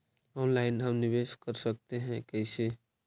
Online हम निवेश कर सकते है, कैसे?